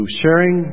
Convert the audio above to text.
sharing